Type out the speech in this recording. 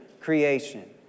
creation